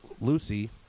Lucy